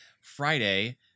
Friday